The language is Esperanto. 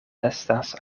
estas